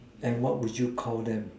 and what would you Call them